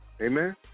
Amen